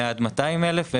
עד 200,000 שקל,